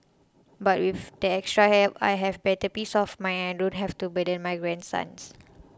but with the extra help I have better peace of mind and I don't have to burden my grandsons